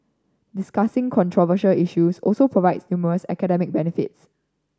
discussing controversial issues also provides numerous academic benefits